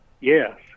yes